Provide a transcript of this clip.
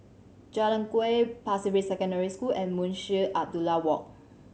Jalan Kuak Pasir Ris Secondary School and Munshi Abdullah Walk